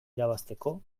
irabazteko